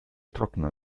trockner